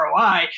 ROI